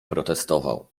protestował